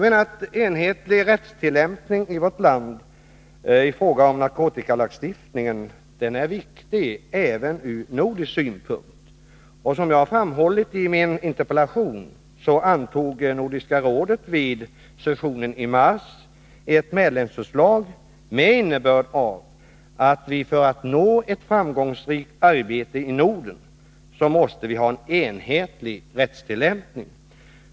Enhetlig rättstillämpning i vårt land i fråga om narkotikalagstiftningen är viktig även ur nordisk synpunkt. Som jag har framhållit i min interpellation, antog Nordiska rådet vid sessionen i mars ett medlemsförslag av innebörden att vi för att nå ett framgångsrikt arbete i Norden måste ha en enhetlig rättstillämpning.